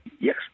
Yes